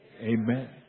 amen